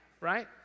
right